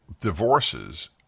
divorces